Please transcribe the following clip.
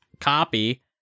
copy